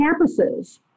campuses